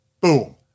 boom